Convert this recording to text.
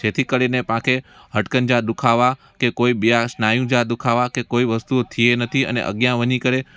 छेती करे ने तव्हांखे हटकनि जा दुखावा की कोई ॿिया नायू जा दुखावा के कोई वस्तू थिए नथी अने अॻियां वञी करे